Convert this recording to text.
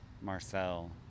Marcel